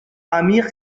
amir